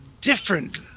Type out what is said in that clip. different